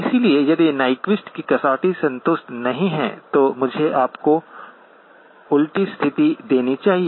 इसलिए यदि न्याकिस्ट की कसौटी संतुष्ट नहीं है तो मुझे आपको उल्टी स्थिति देनी चाहिए